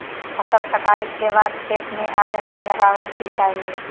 फसल कटाई के बाद खेत में आग नै लगावय के चाही